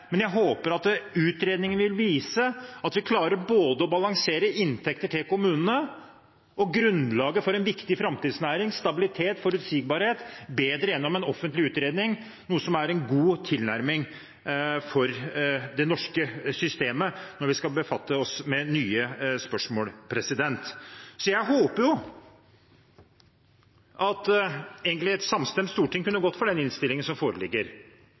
Men jeg håper at utredningen vil vise at vi klarer å balansere inntekter til kommunene og grunnlaget for en viktig framtidsnæring – stabilitet og forutsigbarhet – bedre gjennom en offentlig utredning, noe som er en god tilnærming for det norske systemet når vi skal befatte oss med nye spørsmål. Jeg håper at egentlig et samstemt storting kunne gå for den innstillingen som foreligger,